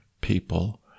people